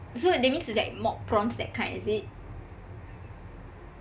so that means it's like mock prawns that kind is it